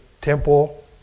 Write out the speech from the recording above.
temple